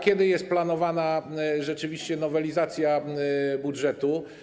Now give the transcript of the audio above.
Kiedy jest planowana rzeczywiście nowelizacja budżetu?